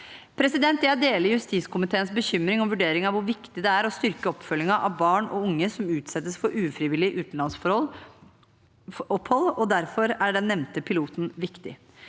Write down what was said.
Jeg deler justiskomiteens bekymring og vurdering av hvor viktig det er å styrke oppfølgingen av barn og unge som utsettes for ufrivillig utenlandsopphold, og derfor er den nevnte piloten viktig.